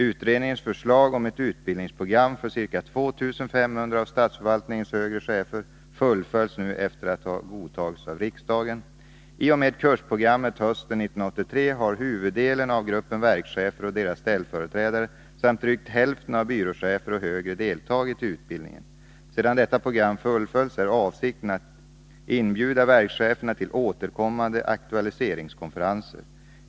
Utredningens förslag om ett utbildningsprogram för ca 2 500 av statsförvaltningens högre chefer fullföljs nu efter att ha godtagits av riksdagen. I och med kursprogrammet hösten 1983 har huvuddelen av gruppen verkschefer och deras ställföreträdare samt drygt hälften av byråchefer och högre deltagit i utbildningen. Sedan detta program fullföljts är avsikten att inbjuda verkscheferna till återkommande aktualiseringskonferenser.